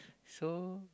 so